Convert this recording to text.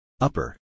Upper